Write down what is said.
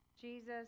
Jesus